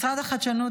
משרד החדשנות,